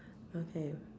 okay